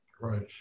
Right